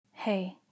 Hey